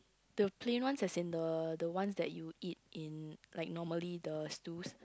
the plain ones as in the the ones that you eat in like normally the stews